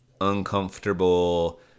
uncomfortable